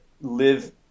live –